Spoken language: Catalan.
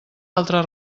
altre